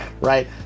right